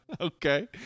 Okay